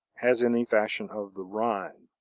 as in the fashion of the rhine.